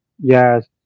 Yes